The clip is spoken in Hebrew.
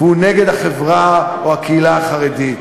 והוא נגד החברה או הקהילה החרדית.